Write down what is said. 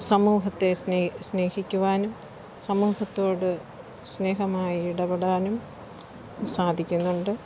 സമൂഹത്തെ സ്നേഹ് സ്നേഹിക്കുവാനും സമൂഹത്തോട് സ്നേഹമായി ഇടപെടാനും സാധിക്കുന്നുണ്ട്